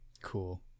Cool